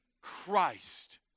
Christ